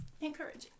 encouraging